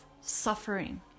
suffering